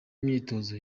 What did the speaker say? myitozo